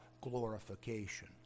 glorification